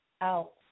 out